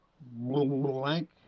Blank